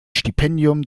stipendium